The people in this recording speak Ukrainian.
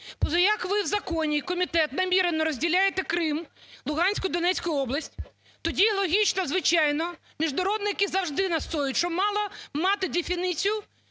ви у законі, комітет, намірено розділяєте Крим, Луганську, Донецьку область, тоді логічно, звичайно, міжнародники завжди настоюють, що мало мати дефініцію